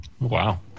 wow